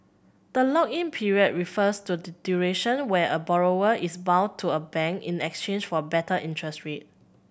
the lock in period refers to the duration where a borrower is bound to a bank in exchange for better interest rate